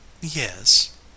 Yes